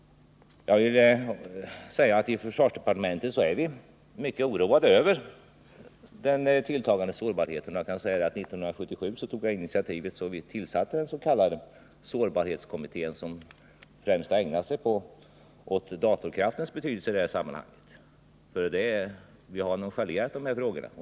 I försvarsdepartementet är vi mycket oroade över den tilltagande sårbarheten. 1977 tog jag initiativet till den s.k. sårbarhetskommittén, som främst har ägnat sig åt datorkraftens betydelse i detta sammanhang. Vi har tidigare nonchalerat de här frågorna.